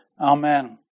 Amen